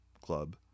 Club